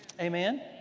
Amen